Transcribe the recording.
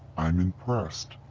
i'm impressed.